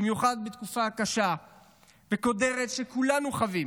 במיוחד בתקופה הקשה והקודרת שכולנו חווים,